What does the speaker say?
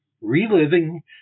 Reliving